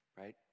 right